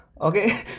Okay